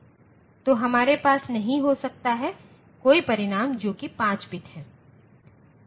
तो हमारे पास नहीं हो सकता है कोई परिणाम जो कि 5 बिट है